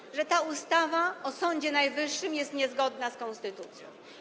Mówią, że ta ustawa o Sądzie Najwyższym jest niezgodna z konstytucją.